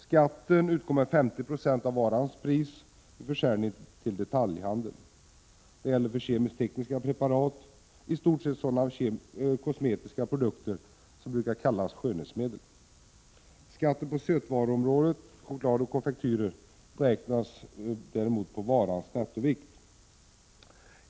Skatten utgår med 50 96 av varans pris vid försäljning till detaljhandeln. Detta gäller för kemisk-tekniska preparat, i stort sett sådana kosmetiska produkter som brukar kallas för skönhetsmedel. Skatten på sötvaruområdet, choklad och konfektyrer, beräknas på varans nettovikt.